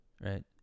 right